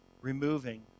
removing